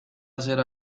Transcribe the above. hacer